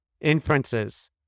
inferences